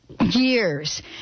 years